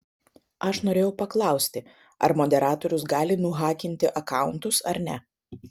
aš norėjau paklausti ar moderatorius gali nuhakinti akauntus ar ne